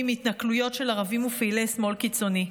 מהתנכלויות של ערבים ופעילי שמאל קיצוני.